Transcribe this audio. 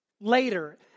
later